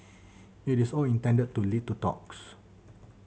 it is all intended to lead to talks